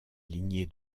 lignée